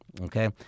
okay